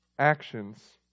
Actions